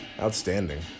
Outstanding